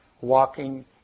walking